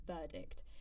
verdict